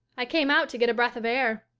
i came out to get a breath of air.